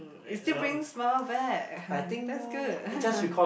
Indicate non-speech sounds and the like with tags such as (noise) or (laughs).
it still brings smile back (laughs) that's good (laughs)